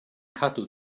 cadw